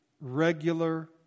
regular